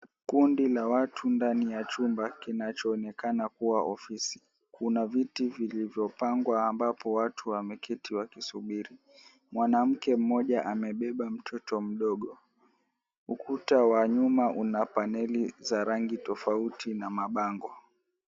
Kundi la watu ndani ya chumba kinachoonekana kuwa ofisi. Kuna viti vilivyopangwa ambapo watu wameketi wakisubiri. Mwanamke mmoja amebeba mtoto mdogo. Ukuta wa nyuma una paneli za rangi tofauti na mabango.